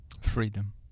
Freedom